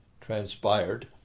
transpired